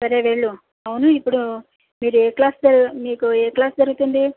సరే వెళ్ళు అవును ఇప్పుడు మీరే క్లాస్ మీకు ఏ క్లాస్ జరుగుతుంది